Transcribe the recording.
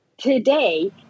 today